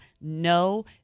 no